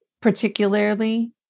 particularly